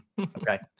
Okay